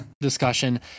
discussion